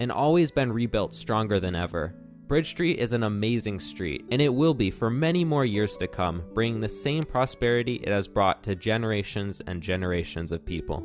and always been rebuilt stronger than ever bridge street is an amazing street and it will be for many more years to come bring the same prosperity it has brought to generations and generations of people